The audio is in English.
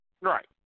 Right